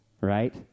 right